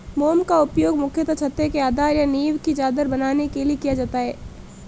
मोम का उपयोग मुख्यतः छत्ते के आधार या नीव की चादर बनाने के लिए किया जाता है